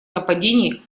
нападений